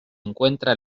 encuentra